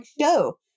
show